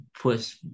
push